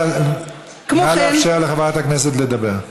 נא לאפשר לחברת הכנסת לדבר.